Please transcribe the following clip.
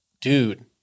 Dude